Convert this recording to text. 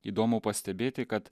įdomu pastebėti kad